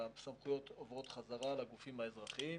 והסמכויות עוברות בחזרה לגופים האזרחיים.